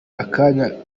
akanya